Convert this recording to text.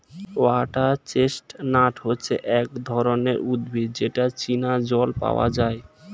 water chestnut হচ্ছে এক ধরনের উদ্ভিদ যেটা চীনা জল পাওয়া যায়